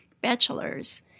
bachelor's